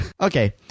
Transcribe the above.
Okay